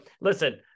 listen